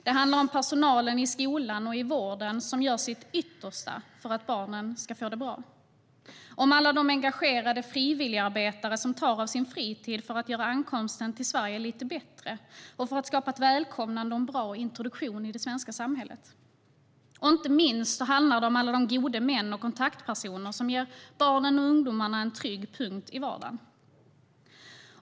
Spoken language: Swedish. Det handlar om personal i skolan och i vården som gör sitt yttersta för att barnen ska få det bra och om alla de engagerade frivilligarbetare som tar av sin fritid för att göra ankomsten till Sverige lite bättre och för att skapa ett välkomnande och en bra introduktion till det svenska samhället. Och inte minst handlar det om alla de gode män och kontaktpersoner som ger barnen och ungdomarna en trygg punkt i vardagen.